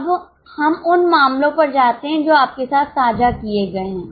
अब हम उन मामलों पर जाते हैं जो आपके साथ साझा किए गए हैं